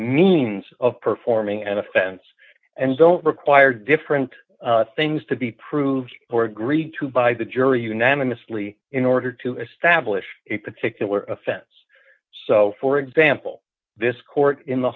means of performing an offense and don't require different things to be proved or agreed to by the jury unanimously in order to establish a particular offense so for example this court in the